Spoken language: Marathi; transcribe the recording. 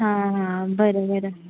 हां हां बरं बरं